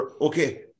Okay